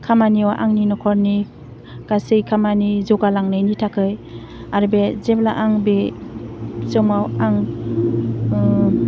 खामानियाव आंनि नखरनि गासै खामानि जौगालांनायनि थाखै आरो बे जेब्ला आं बे समाव आं